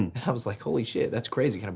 and i was like holy shit, that's crazy. kind of